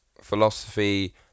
philosophy